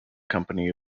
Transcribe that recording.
company